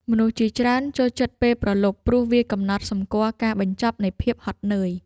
មនុស្សជាច្រើនចូលចិត្តពេលព្រលប់ ព្រោះវាកំណត់សម្គាល់ការបញ្ចប់នៃភាពហត់នឿយ។